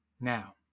now